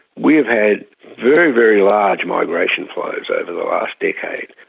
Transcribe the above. we have had very, very large migration flows over the last decade,